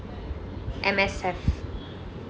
M_S_F